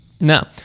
No